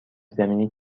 زمینی